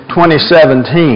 2017